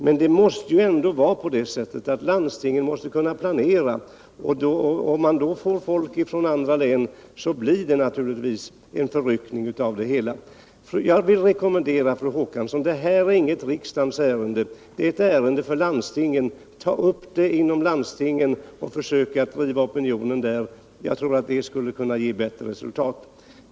Men landstingen måste ju kunna planera, och om de skall räkna med att också ta emot människor från andra län blir det naturligtvis en förryckning av planerna. Frågan är emellertid inte något ärende för riksdagen, utan det är ett ärende för landstingen. Jag vill rekommendera fru Håkansson att ta upp ärendet inom landstingen och att försöka påverka opinionen där — det skulle kunna ge bättre resultat.